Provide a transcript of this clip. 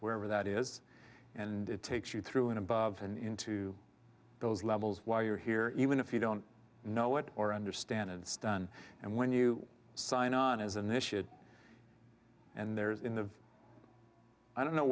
wherever that is and it takes you through and above and into those levels while you're here even if you don't know what or understand it it's done and when you sign on is an issue and there is in the i don't know